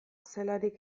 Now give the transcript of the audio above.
zelarik